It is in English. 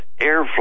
airflow